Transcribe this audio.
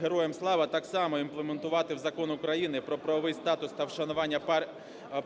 Героям слава!" так само імплементувати в Закон України "Про правовий статус та вшанування